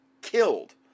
killed